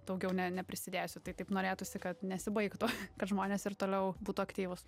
daugiau ne neprisidėsiu tai taip norėtųsi kad nesibaigtų kad žmonės ir toliau būtų aktyvūs